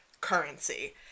currency